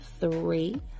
three